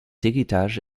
héritage